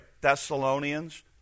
Thessalonians